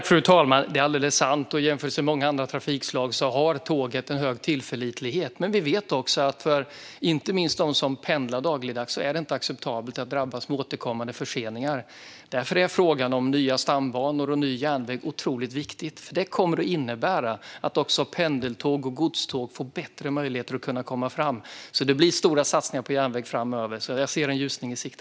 Fru talman! Det är alldeles sant. Jämfört med många andra trafikslag har tåget en hög tillförlitlighet. Men för dem som pendlar dagligen är det inte acceptabelt att drabbas av återkommande förseningar. Därför är frågan om nya stambanor och ny järnväg otroligt viktig. Det kommer också att innebära att pendeltåg och godståg får bättre möjligheter att komma fram. Det blir stora satsningar på järnväg framöver, så det är en ljusning i sikte.